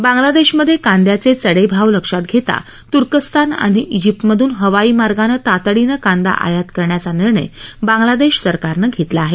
बांग्लादेशमधे कांद्यांचे चढे भाव लक्षात घेता त्र्कस्तान आणि इजिप्तकडून हवाई मार्गनं तातडीनं कांदा आयात करण्याचा निर्णय बांग्लादेश सरकारनं घेतला आहे